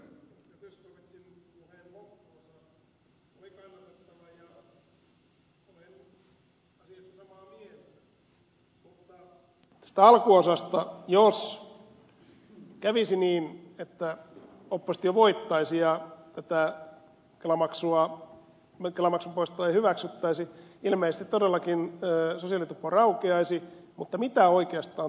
mutta tästä alkuosasta jos kävisi niin että oppositio voittaisi ja tätä kelamaksun poistoa ei hyväksyttäisi ilmeisesti todellakin sosiaalitupo raukeaisi mutta mitä oikeastaan tapahtuisi